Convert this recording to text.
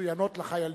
מצוינות לחיילים.